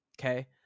Okay